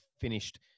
finished